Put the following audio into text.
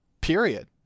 Period